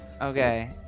Okay